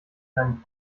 seinen